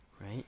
Right